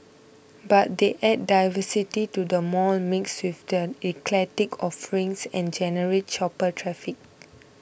but they add diversity to the mall mix with their eclectic offerings and generate shopper traffic